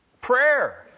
Prayer